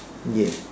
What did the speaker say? ya